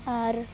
ᱟᱨ